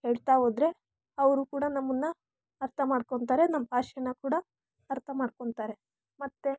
ಹೇಳ್ತಾ ಹೋದರೆ ಅವರು ಕೂಡ ನಮ್ಮನ್ನು ಅರ್ಥ ಮಾಡ್ಕೊತಾರೆ ನಮ್ಮ ಭಾಷೆನ ಕೂಡ ಅರ್ಥ ಮಾಡ್ಕೊತಾರೆ ಮತ್ತು